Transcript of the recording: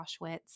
Auschwitz